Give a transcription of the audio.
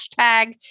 hashtag